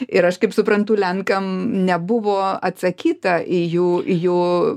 ir aš kaip suprantu lenkam nebuvo atsakyta į jų jų